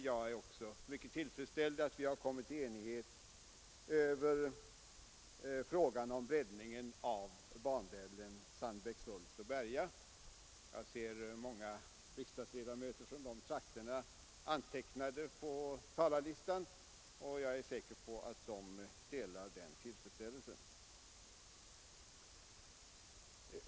Jag är också mycket tillfreds med att vi har kunnat enas i frågan om breddning av bandelen Sandbäckshult—Berga. Jag ser många riksdagsledamöter från de trakterna antecknade på talarlistan. Jag är säker på att de delar den tillfredsställelsen.